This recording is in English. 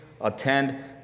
attend